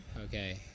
Okay